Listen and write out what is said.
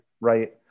Right